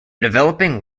developing